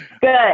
Good